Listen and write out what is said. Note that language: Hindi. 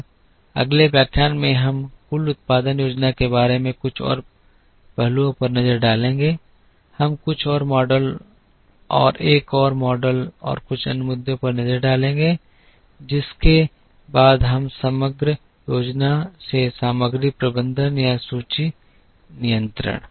अब अगले व्याख्यान में हम कुल उत्पादन योजना के कुछ और पहलुओं पर नज़र डालेंगे हम कुछ और मॉडल और एक और मॉडल और कुछ अन्य मुद्दों पर नज़र डालेंगे जिसके बाद हम समग्र योजना से सामग्री प्रबंधन या सूची नियंत्रण